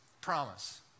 promise